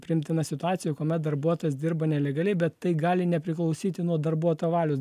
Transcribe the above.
priimtina situacija kuomet darbuotojas dirba nelegaliai bet tai gali nepriklausyti nuo darbuotojo valios